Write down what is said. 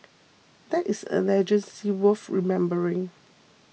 that is a legacy worth remembering